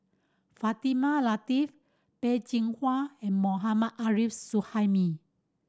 Fatimah Lateef Peh Chin Hua and Mohammad Arif Suhaimi